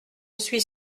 suis